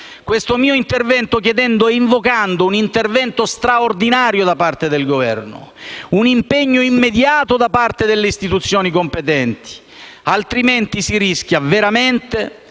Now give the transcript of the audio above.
Presidente, chiedendo ed invocando un intervento straordinario da parte del Governo e un impegno immediato da parte delle istituzioni competenti. Altrimenti si rischia veramente